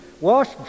Wash